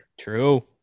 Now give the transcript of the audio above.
true